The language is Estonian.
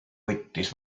võttis